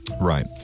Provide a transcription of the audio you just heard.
Right